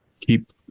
keep